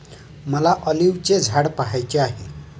मला ऑलिव्हचे झाड पहायचे आहे